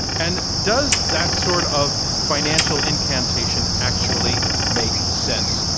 and does that sort of financial incantation actually make sense?